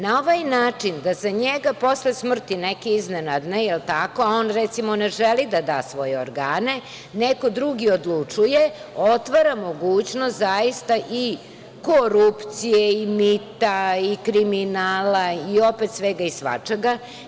Na ovaj način da za njega, posle smrti, neke iznenadne, je li tako, a on recimo ne želi da da svoje organe, neko drugi odlučuje, otvara mogućnost zaista i korupcije i mita i kriminala i opet svega i svačega.